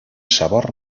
sabor